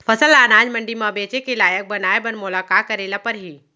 फसल ल अनाज मंडी म बेचे के लायक बनाय बर मोला का करे ल परही?